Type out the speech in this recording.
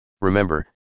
Remember